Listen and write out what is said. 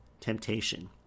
temptation